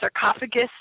sarcophagus